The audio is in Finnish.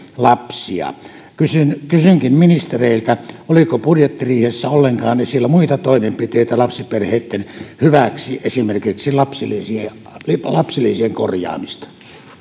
lapsia kysynkin ministereiltä oliko budjettiriihessä ollenkaan esillä muita toimenpiteitä lapsiperheitten hyväksi esimerkiksi lapsilisien korjaamista